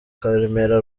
karemera